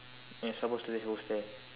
you're supposed to say who's there